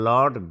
Lord